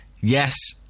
Yes